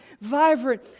vibrant